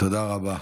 תודה רבה.